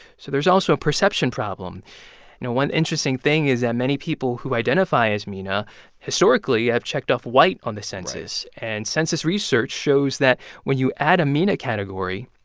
so there's also a perception problem now, one interesting thing is that many people who identify as mena historically have checked off white on the census. and census research shows that when you add a mena category,